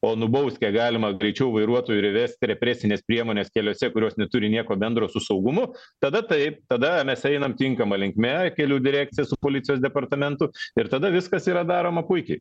o nubaust kiek galima greičiau vairuotojų ir įvesti represines priemones keliose kurios neturi nieko bendro su saugumu tada taip tada mes einam tinkama linkme kelių direkcija su policijos departamentu ir tada viskas yra daroma puikiai